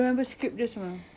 no joke ya